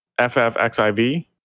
FFXIV